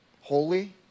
holy